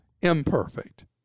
imperfect